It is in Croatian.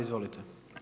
Izvolite.